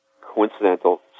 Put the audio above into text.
coincidental